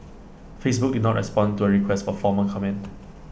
Facebook did not respond to A request for formal comment